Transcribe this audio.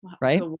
Right